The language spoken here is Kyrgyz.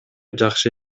жакшы